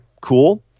cool